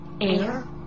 Air